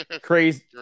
crazy